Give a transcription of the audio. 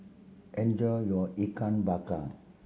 enjoy your Ikan Bakar